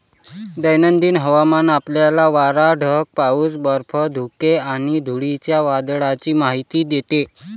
दैनंदिन हवामान आपल्याला वारा, ढग, पाऊस, बर्फ, धुके आणि धुळीच्या वादळाची माहिती देते